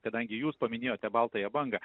kadangi jūs paminėjote baltąją bangą